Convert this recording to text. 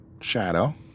Shadow